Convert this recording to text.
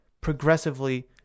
progressively